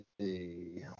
see